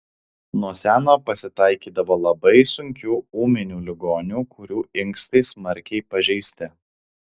nuo seno pasitaikydavo labai sunkių ūminių ligonių kurių inkstai smarkiai pažeisti